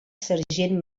sergent